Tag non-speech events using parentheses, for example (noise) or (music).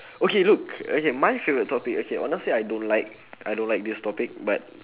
(breath) okay look okay my favourite topic okay honestly I don't like I don't like this topic but